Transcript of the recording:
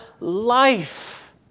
life